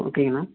ஓகேங்கண்ணா